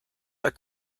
are